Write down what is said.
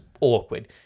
awkward